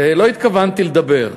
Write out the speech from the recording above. לא התכוונתי לדבר,